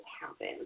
happen